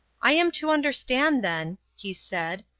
i am to understand, then, he said,